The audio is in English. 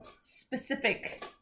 specific